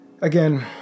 Again